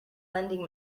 lending